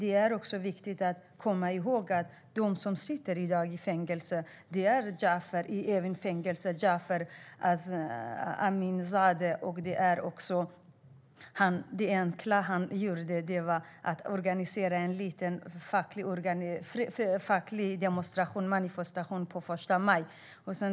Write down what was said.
En av dem som i dag sitter i Evinfängelset är Jafar Azimzadeh. Det enda han gjorde var att organisera en liten facklig manifestation på första maj.